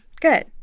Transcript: Good